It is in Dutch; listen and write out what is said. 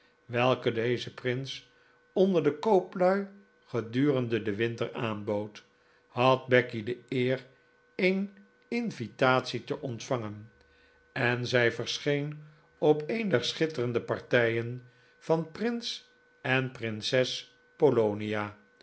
welke deze prins onder de kooplui gedurende den winter aanbood had becky de eer een invitatie te ontvangen en zij verscheen op een der schitterende partijen van prins en prinses polonia